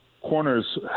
Corners